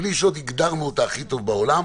בלי שעוד הגדרנו אותה הכי טוב בעולם,